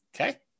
okay